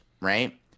right